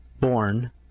born